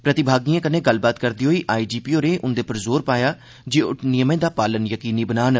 प्रतिभागिएं कन्नै गल्लबात करदे होई आईजीपी होरें उंदे पर जोर पाया जे ओह् नियमें दा पालन यकीनी बनान